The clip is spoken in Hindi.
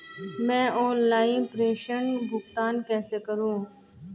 मैं ऑनलाइन प्रेषण भुगतान कैसे करूँ?